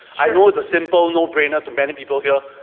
i know it's a simple no brainer to many people here,